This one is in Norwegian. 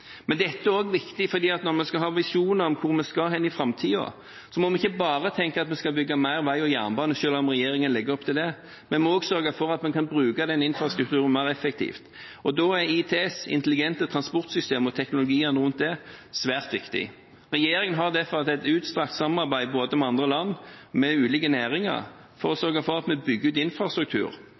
Dette er også viktig, for når vi skal ha visjoner om hvor vi skal i framtiden, må vi ikke bare tenke at vi skal bygge mer vei og jernbane, selv om regjeringen legger opp til det. Vi må også sørge for at vi kan bruke den infrastrukturen mer effektivt. Da er ITS – intelligente transportsystemer – og teknologien rundt det svært viktig. Regjeringen har derfor hatt et utstrakt samarbeid både med andre land og ulike næringer for å sørge for at vi bygger ut infrastruktur